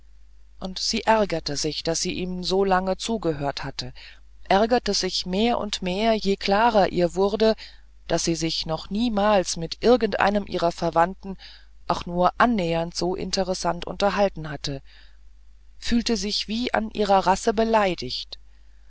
und sie ärgerte sich daß sie ihm so lange zugehört hatte ärgerte sich mehr und mehr je klarer ihr wurde daß sie sich noch niemals mit irgendeinem ihrer verwandten auch nur annähernd so interessant unterhalten hatte fühlte sich wie an ihrer rasse beleidigt